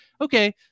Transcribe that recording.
okay